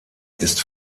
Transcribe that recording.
ist